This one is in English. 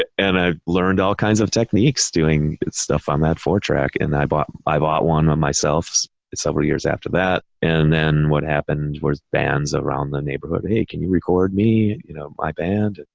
and i learned all kinds of techniques doing stuff on that four track. and i bought, i bought one for myself several years after that. and then what happened was bands around the neighborhood, hey, can you record me? you know, my band?